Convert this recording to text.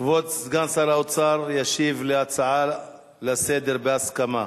כבוד סגן שר האוצר ישיב על הצעה לסדר-היום בהסכמה.